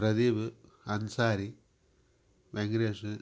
Pradeep Ansari மெகிரேஷு